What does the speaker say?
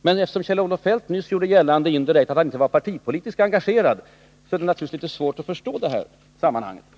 Men eftersom Kjell-Olof Feldt nyss gjorde gällande — indirekt — att han inte var partipolitiskt engagerad, är det naturligtvis litet svårt att se hur hans resonemang hänger ihop.